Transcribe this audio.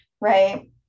right